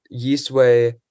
Yeastway